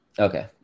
Okay